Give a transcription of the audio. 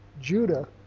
Judah